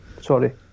sorry